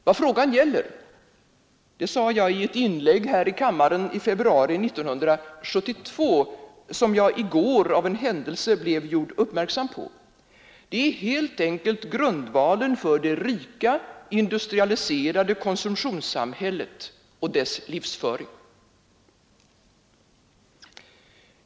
Vad frågan gäller — det sade jag i ett inlägg i kammaren i februari 1972, som jag i går av en händelse uppmärksammades på — är helt enkelt grundvalen för det rika industrialiserade konsumtionssamhället och dess livsföring.